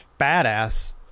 badass